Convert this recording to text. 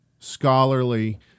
scholarly